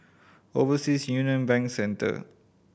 Overseas Union Bank Centre